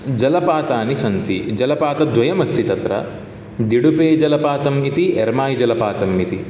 जलपातानि सन्ति जलपातद्वयमस्ति तत्र दिडुपेजलपातम् इति एर्माय् जलपातम् इति